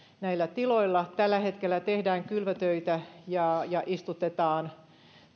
näillä tiloilla tällä hetkellä tehdään kylvötöitä ja ja istutetaan